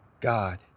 God